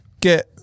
get